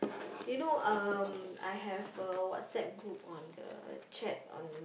you know um I have a WhatsApp group on the chat on